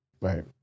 Right